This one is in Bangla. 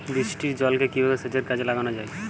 বৃষ্টির জলকে কিভাবে সেচের কাজে লাগানো য়ায়?